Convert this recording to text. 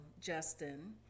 Justin